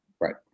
Right